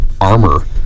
armor